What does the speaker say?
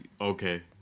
okay